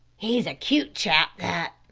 he's a cute chap that,